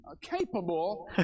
capable